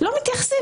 דבר ראשון,